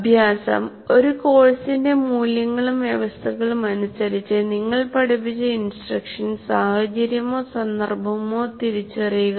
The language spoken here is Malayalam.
അഭ്യാസം ഒരു കോഴ്സിന്റെ മൂല്യങ്ങളും വ്യവസ്ഥകളും അനുസരിച്ച് നിങ്ങൾ പഠിപ്പിച്ച ഇൻസ്ട്രക്ഷൻ സാഹചര്യമോ സന്ദർഭമോ തിരിച്ചറിയുക